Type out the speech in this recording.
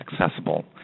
accessible